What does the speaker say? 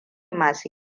masu